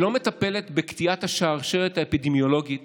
שלא מטפלת בקטיעת השרשרת האפידמיולוגית